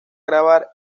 grabar